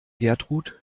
gertrud